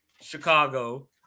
Chicago